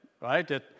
right